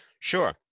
Sure